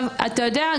אתה יודע,